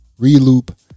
Reloop